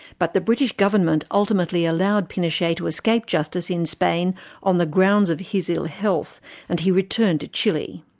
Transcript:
but the british government ultimately allowed pinochet to escape justice in spain on the grounds of his ill-health and he returned to chile.